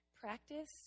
practice